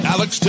Alex